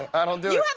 i don't do it.